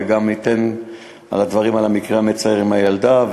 וגם למקרה המצער עם הילדה,